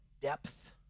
depth